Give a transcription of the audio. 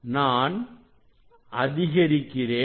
நான் அதிகரிக்கிறேன்